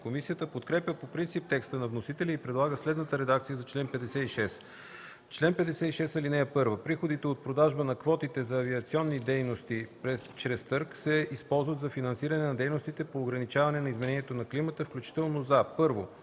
Комисията подкрепя по принцип текста на вносителя и предлага следната редакция за чл. 56: „Чл. 56. (1) Приходите от продажбата на квотите за авиационни дейности чрез търг се използват за финансиране на дейностите по ограничаване изменението на климата, включително за: 1.